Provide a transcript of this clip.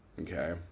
Okay